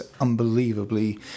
unbelievably